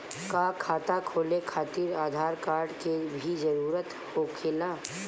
का खाता खोले खातिर आधार कार्ड के भी जरूरत होखेला?